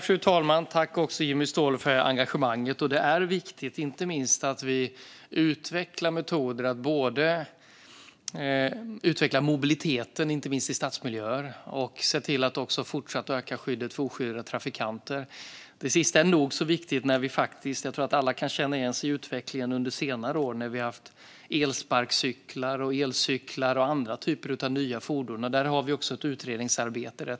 Fru talman! Tack, Jimmy Ståhl, för engagemanget! Det är viktigt att vi utvecklar metoder. Det handlar om att utveckla mobiliteten, inte minst i stadsmiljöer, och om att se till att fortsätta öka skyddet för oskyddade trafikanter. Det sista är nog så viktigt. Jag tror att alla kan känna igen sig i utvecklingen under senare år. Vi har haft elsparkcyklar och elcyklar och andra typer av nya fordon. Där har vi ett utredningsarbete.